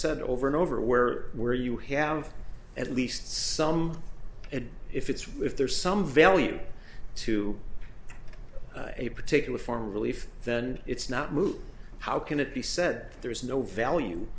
said over and over where where you have at least some it if it's riff there is some value to a particular form of relief then it's not moot how can it be said there is no value